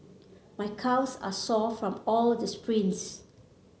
my calves are sore from all the sprints